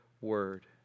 Word